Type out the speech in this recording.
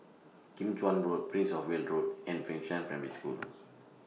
Kim Chuan Road Prince of Wales Road and Fengshan Primary School